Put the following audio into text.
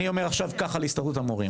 אני אומר עכשיו ככה להסתדרות המורים,